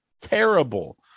terrible